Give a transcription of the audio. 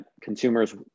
consumers